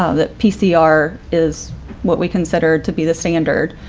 ah that pcr is what we consider to be the standard.